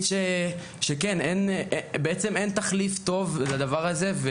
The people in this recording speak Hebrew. אין תחליף טוב לדבר הזה.